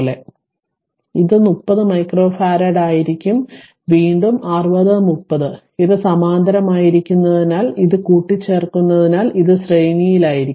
അതിനാൽ ഇത് 30 മൈക്രോ ഫാരഡുകളായിരിക്കും വീണ്ടും 60 30 ഇത് സമാന്തരമായിരിക്കുന്നതിനാൽ ഇത് കൂട്ടിച്ചേർക്കുന്നതിനാൽ ഇത് ശ്രേണിയിലായിരിക്കും